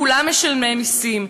כולם משלמי מסים.